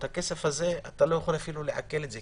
הכסף הזה, אתה לא יכול לעקל את זה.